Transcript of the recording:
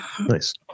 Nice